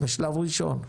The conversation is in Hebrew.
בשלב ראשון.